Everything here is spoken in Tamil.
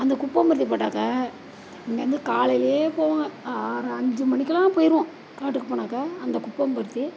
அந்த குப்பம் பருத்தி போட்டாக்கா இங்கேருந்து காலையிலேயே போவோங்க ஆறு அஞ்சு மணிக்கெல்லாம் போயிடுவோம் காட்டுக்கு போனாக்கா அந்த குப்பம் பருத்தி